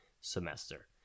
semester